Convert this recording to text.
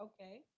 okay